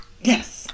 Yes